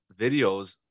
videos